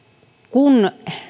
kun